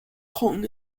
kong